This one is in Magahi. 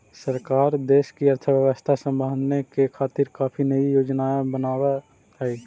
सरकार देश की अर्थव्यवस्था संभालने के खातिर काफी नयी योजनाएं बनाव हई